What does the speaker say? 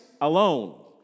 alone